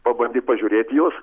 pabandyk pažiūrėt i juos